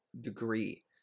degree